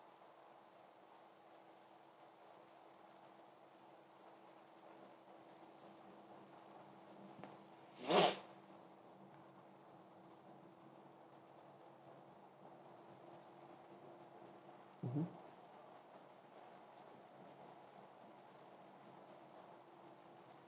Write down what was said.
mmhmm